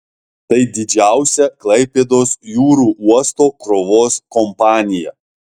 tai didžiausia klaipėdos jūrų uosto krovos kompanija